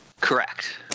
correct